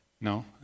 no